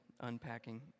unpacking